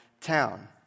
town